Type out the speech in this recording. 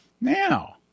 Now